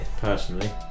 personally